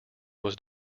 was